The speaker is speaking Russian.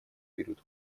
период